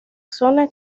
zona